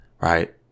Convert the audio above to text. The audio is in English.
Right